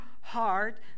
heart